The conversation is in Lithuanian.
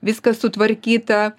viskas sutvarkyta